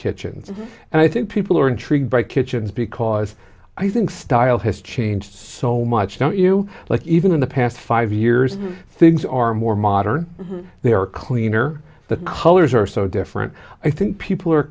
kitchens and i think people are intrigued by kitchens because i think style has changed so much don't you like even in the past five years things are more modern they are cleaner the colors are so different i think people are